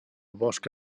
bosc